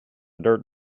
dirt